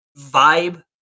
vibe